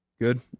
Good